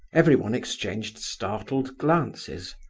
everyone exchanged startled glances.